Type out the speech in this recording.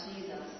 Jesus